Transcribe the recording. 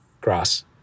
grass